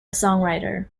songwriter